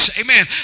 amen